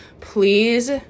Please